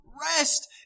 rest